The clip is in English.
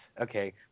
okay